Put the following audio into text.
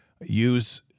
use